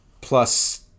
plus